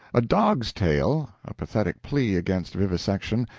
a dog's tale, a pathetic plea against vivisection,